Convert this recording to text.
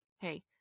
hey